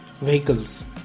vehicles